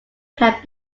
had